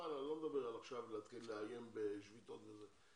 אני לא מדבר עכשיו להתחיל לאיים בשביתות וזה,